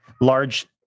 large